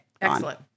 excellent